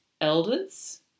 elders